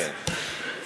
אנהג בכם באותו יחס.